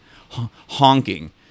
honking